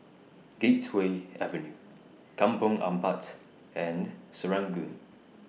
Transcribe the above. Gateway Avenue Kampong Ampat and Serangoon